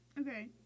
Okay